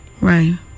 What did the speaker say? Right